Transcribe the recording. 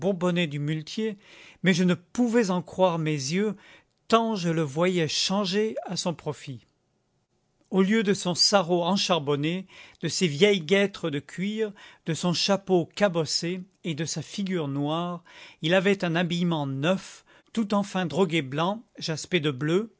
bourbonnais du muletier mais je ne pouvais en croire mes yeux tant je le voyais changé à son profit au lieu de son sarrau encharbonné de ses vieilles guêtres de cuir de son chapeau cabossé et de sa figure noire il avait un habillement neuf tout en fin droguet blanc jaspé de bleu